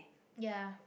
ya